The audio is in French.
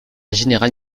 générale